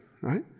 right